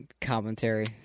commentary